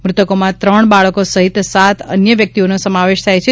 મૃતકોમાં ત્રણ બાળકો સહિત સાત અન્ય વ્યક્તિઓનો સમાવેશ થાય છે